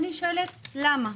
אני שואלת למה.